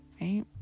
right